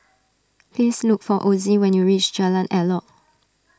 please look for Ozie when you reach Jalan Elok